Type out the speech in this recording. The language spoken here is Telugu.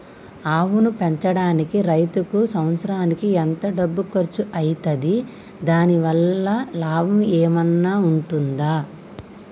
ఆవును పెంచడానికి రైతుకు సంవత్సరానికి ఎంత డబ్బు ఖర్చు అయితది? దాని వల్ల లాభం ఏమన్నా ఉంటుందా?